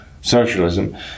socialism